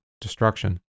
destruction